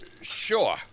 sure